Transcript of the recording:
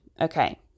Okay